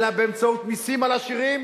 אלא באמצעות מסים על עשירים,